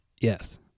Yes